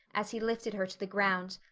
as he lifted her to the ground.